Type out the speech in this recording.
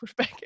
pushback